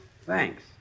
Thanks